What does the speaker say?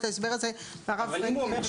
את ההסבר הזה מהרב פרנקל.